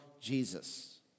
Jesus